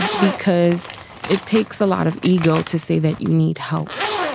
and because it takes a lot of ego to see that you need help.